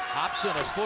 hobson on